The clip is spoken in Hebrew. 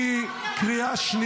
-- כי הנאום שלך היה מאוד סדור,